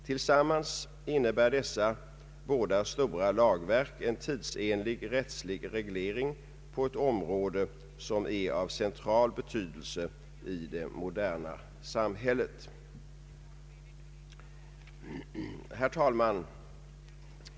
Tillsammans innebär dessa båda stora lagverk en tidsenlig rättslig reglering på ett område som är av central betydelse i det moderna samhället. Herr talman!